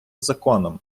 законом